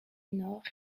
nord